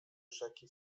rzeki